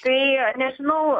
tai nežinau